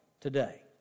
today